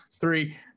three